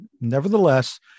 nevertheless